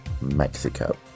Mexico